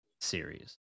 series